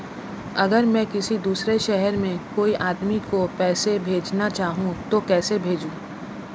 अगर मैं किसी दूसरे शहर में कोई आदमी को पैसे भेजना चाहूँ तो कैसे भेजूँ?